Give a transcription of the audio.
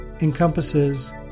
encompasses